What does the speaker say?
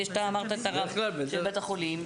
אמרת שיש את הרב של בית החולים,